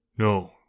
No